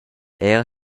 era